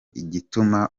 igituma